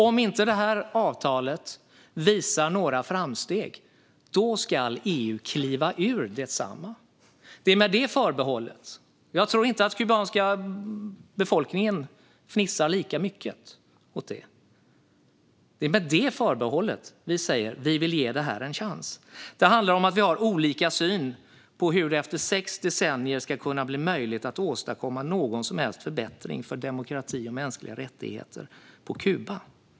Om inte det här avtalet visar några framsteg ska EU kliva ur detsamma - jag tror inte att den kubanska befolkningen fnissar lika mycket åt det. Det är med detta förbehåll som vi säger att vi vill ge det här en chans. Det handlar om att vi har olika syn på hur det efter sex decennier ska bli möjligt att åstadkomma någon som helst förbättring för demokrati och mänskliga rättigheter på Kuba.